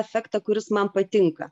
efektą kuris man patinka